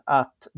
att